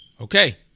Okay